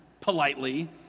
politely